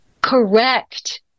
correct